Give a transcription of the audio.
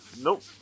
Nope